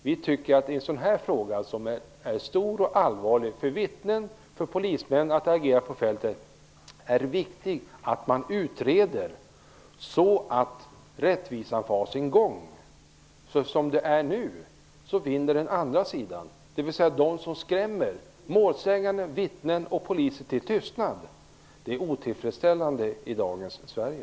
Vi tycker att det är viktigt att denna fråga som är stor och allvarlig för vittnen och för polismän ute på fältet skall utredas så att rättvisan kan ha sin gång. Som det är nu vinner den andra sidan, dvs. de som skrämmer målsäganden, vittnen och poliser till tystnad. Det är otillfredsställande i dagens Sverige.